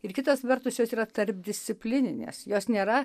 ir kitas vertus jos yra tarpdisciplininės jos nėra